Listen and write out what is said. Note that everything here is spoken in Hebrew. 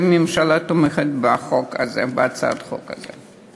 הממשלה תומכת בהצעת החוק הזאת.